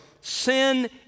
sin